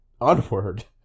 Onward